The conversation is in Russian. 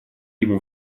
ему